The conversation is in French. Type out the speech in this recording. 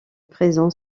présent